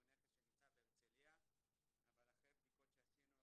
נכס שנמצא בהרצליה אבל אחרי בדיקות שעשינו,